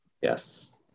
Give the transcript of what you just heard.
Yes